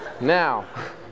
Now